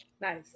Nice